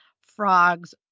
frogs